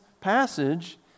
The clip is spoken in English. passage